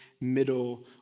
middle